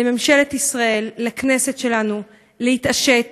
לממשלת ישראל, לכנסת שלנו, להתעשת,